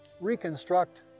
reconstruct